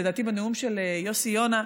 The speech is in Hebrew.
לדעתי בנאום של יוסי יונה,